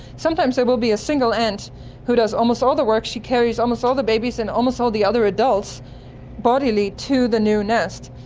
sometimes there will be a single ant who does almost all the work, she carries almost all the babies and almost all the other adults bodily to the new nest.